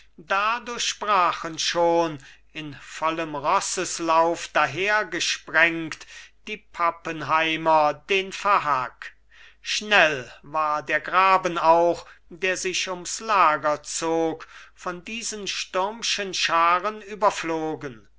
da durchbrachen schon in vollem rosseslauf dahergesprengt die pappenheimer den verhack schnell war der graben auch der sich ums lager zog von diesen stürmschen scharen überflogen